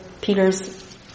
Peter's